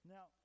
Now